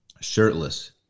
shirtless